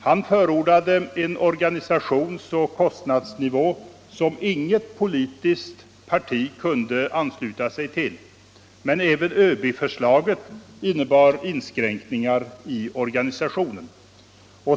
Han förordade en organisationsoch kostnadsnivå som inget politiskt parti kunde ansluta sig till. Men även ÖB-förslaget innebar inskränkningar i organisationen.